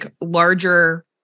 larger